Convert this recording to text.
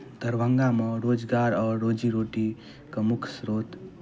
दरभंगामे रोजगार आओर रोजी रोटी के मुख्य श्रोत